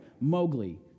Mowgli